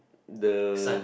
the